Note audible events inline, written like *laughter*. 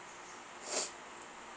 *noise*